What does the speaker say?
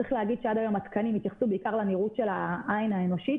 צריך להגיד שעד היום התקנים התייחסו בעיקר לניראות של העין האנושית,